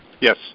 Yes